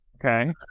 okay